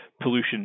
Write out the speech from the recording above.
pollution